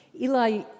Eli